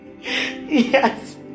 Yes